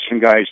guys